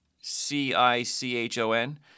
C-I-C-H-O-N